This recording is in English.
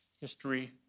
History